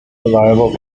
reliable